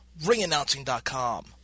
ringannouncing.com